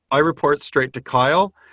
i report straight to kyle,